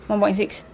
one point six